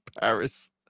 Paris